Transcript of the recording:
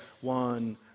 one